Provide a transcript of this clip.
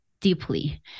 deeply